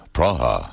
Praha